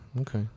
Okay